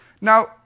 Now